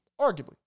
arguably